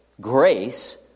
grace